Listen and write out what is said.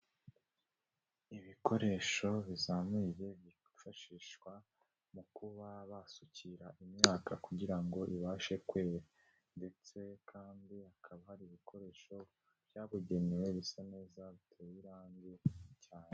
Ibikoresho bizamuye byifashishwa mu kuba basukira imyaka kugira ngo ibashe kwera, ndetse kandi hakaba hari ibikoresho byabugenewe bisa neza biteye irange cyane.